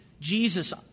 Jesus